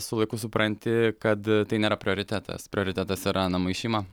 su laiku supranti kad tai nėra prioritetas prioritetas yra namai šeima